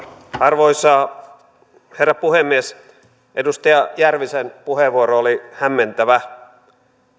arvoisa herra puhemies edustaja järvisen puheenvuoro oli hämmentävä